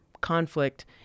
conflict